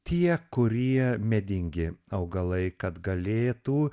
tie kurie medingi augalai kad galėtų